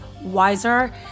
wiser